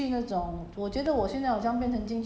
it is like err